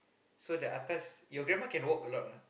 so the atas your grandma can walk a lot or not